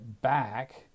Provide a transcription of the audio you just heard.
back